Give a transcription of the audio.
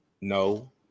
no